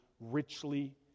richly